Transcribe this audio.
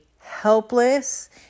helpless